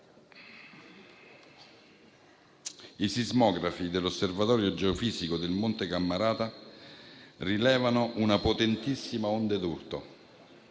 i sismografi dell'osservatorio geofisico del Monte Cammarata rilevarono una potentissima onda d'urto,